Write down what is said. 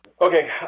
Okay